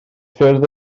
ffyrdd